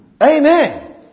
Amen